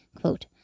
quote